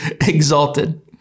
exalted